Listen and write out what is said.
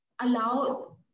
allow